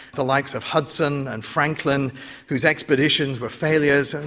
the likes of hudson and franklin whose expeditions were failures.